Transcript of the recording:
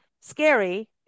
scary